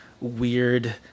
weird